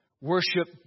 Worship